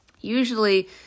Usually